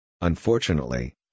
Unfortunately